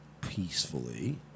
peacefully